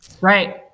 Right